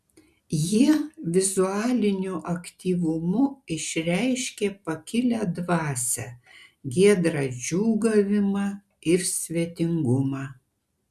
jie vizualiniu aktyvumu išreiškė pakilią dvasią giedrą džiūgavimą ir svetingumą